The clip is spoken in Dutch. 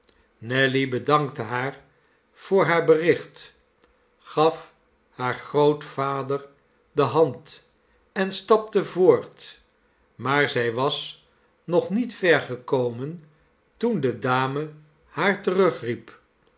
nelly bedankte haar voor haar bericht gaf haar grootvader de hand en stapte voort maar zij was nog niet ver gekomen toen de dame haar